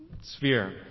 sphere